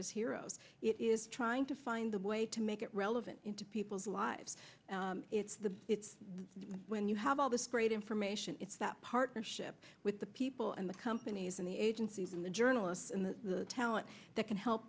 as heroes it is trying to find a way to make it relevant into people's lives it's the it's when you have all this great information it's that partnership with the people and the companies and the agencies and the journalists and the talent that can help